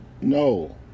No